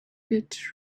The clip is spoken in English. pit